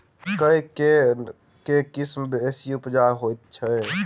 मकई केँ के किसिम बेसी उपजाउ हएत अछि?